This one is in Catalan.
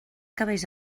cabells